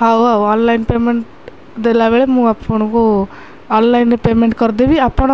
ହଉ ଆଉ online payment ଦେଲାବେଳେ ମୁଁ ଆପଣଙ୍କୁ ଅନ୍ଲାଇନ୍ରେ ପେମେଣ୍ଟ୍ କରିଦେବି ଆପଣ